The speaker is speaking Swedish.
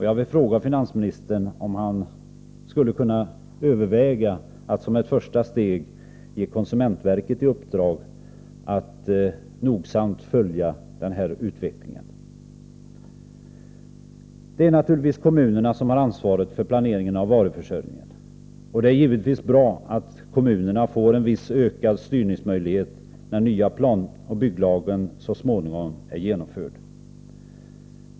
Jag vill fråga finansministern om han skulle kunna överväga att som ett första steg ge konsumentverket i uppdrag att nogsamt följa utvecklingen. Det är naturligtvis kommunerna som har ansvaret för planeringen av varuförsörjningen. Och det är givetvis bra att kommunerna får en viss ökad styrningsmöjlighet när den nya planoch bygglagen så småningom har genomförts.